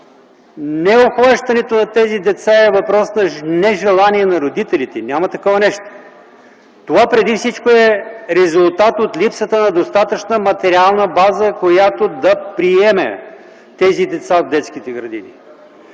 не обхващането на тези деца е въпрос на нежелание на родителите. Няма такова нещо. Това преди всичко е резултат от липсата на достатъчна материална база, която да приеме тези деца в детските градини.